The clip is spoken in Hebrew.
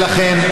ולכן,